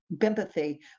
empathy